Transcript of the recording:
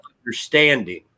understanding